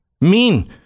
mean—